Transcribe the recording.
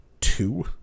two